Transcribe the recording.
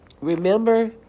remember